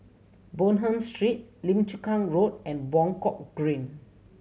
Bonham Street Lim Chu Kang Road and Buangkok Green